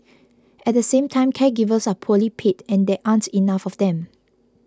at the same time caregivers are poorly paid and there aren't enough of them